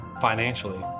financially